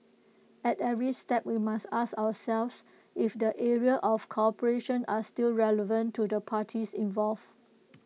at every step we must ask ourselves if the areas of cooperation are still relevant to the parties involved